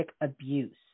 abuse